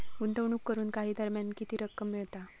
गुंतवणूक करून काही दरम्यान किती रक्कम मिळता?